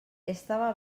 estava